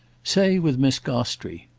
say with miss gostrey.